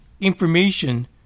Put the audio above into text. information